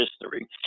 history